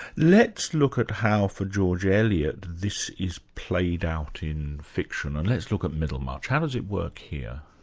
let's look at how for george eliot this is played out in fiction, and let's look at middlemarch. how does it work here?